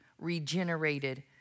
regenerated